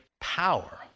power